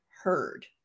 heard